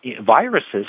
viruses